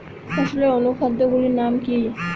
ফসলের অনুখাদ্য গুলির নাম কি?